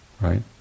Right